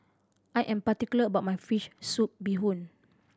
I am particular about my fish soup bee hoon